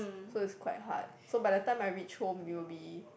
so it's quite hard so by the time I reach home it will be